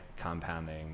compounding